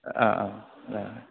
ए